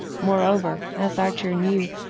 moreover, as archer knew,